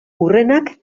hurrenak